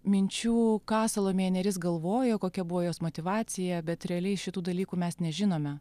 minčių ką salomėja nėris galvojo kokia buvo jos motyvacija bet realiai šitų dalykų mes nežinome